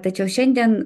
tačiau šiandien